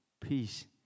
peace